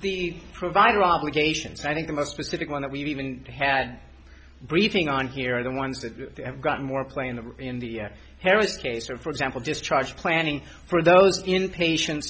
the provider obligations i think the most specific one that we've even had a briefing on here are the ones that have gotten more play in the in the harris case for example just charge planning for those in patient